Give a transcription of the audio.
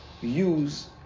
use